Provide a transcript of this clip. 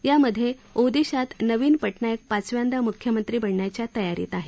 यामध्ये ओडिशात नवीन पटनायक पाचव्यांदा म्ख्यमंत्री बनण्याच्या तयारीत आहेत